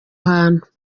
hantu